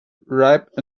ripe